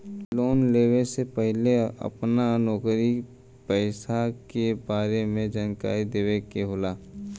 Loan लेवे से पहिले अपना नौकरी पेसा के बारे मे जानकारी देवे के होला?